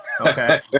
okay